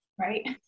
Right